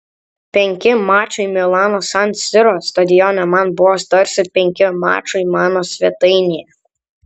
penki mačai milano san siro stadione man buvo tarsi penki mačai mano svetainėje